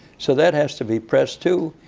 so that has to be pressed, too.